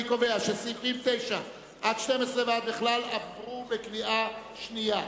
אני קובע שסעיפים 9 12 ועד בכלל עברו בקריאה שנייה.